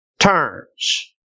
turns